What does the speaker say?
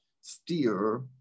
steer